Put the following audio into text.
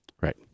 Right